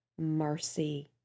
mercy